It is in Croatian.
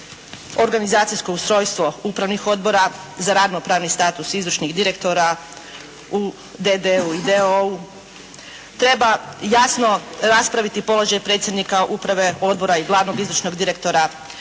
organizacijsko ustrojstvo upravnih odbora, za ravnopravni status izvršnih direktora u D.D.- u i D.O.O.-u. Treba jasno rapsraviti položaj predsjednika uprave odbora i glavnog izvršnog direktora,